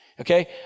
okay